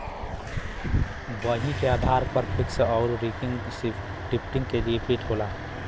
वही के आधार पर फिक्स आउर रीकरिंग डिप्सिट के लिमिट होला